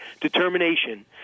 determination